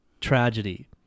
tragedy